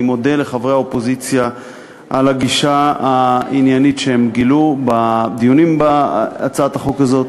אני מודה לחברי האופוזיציה על הגישה העניינית בדיונים בהצעת החוק הזאת.